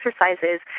exercises